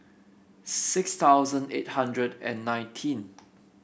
six thousand eight hundred and nineteen